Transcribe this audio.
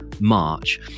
March